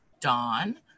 Dawn